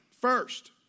first